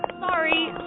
Sorry